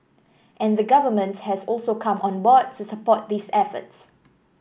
and the Government has also come on board to support these efforts